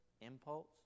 impulse